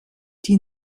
die